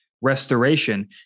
restoration